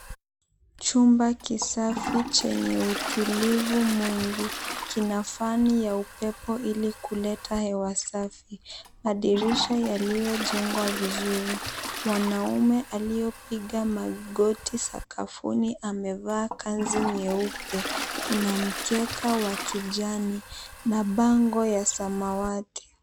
Chumba kisafi chenye utulivu mwingi, kina fani ya upepo ili kuleta hewa safi. Madirisha yaliojengwa vizuri. Mwanaume aliopiga magoti sakafuni amevaa kanzu nyeupe. Kuna mkeka wa kijani na bango ya samawati.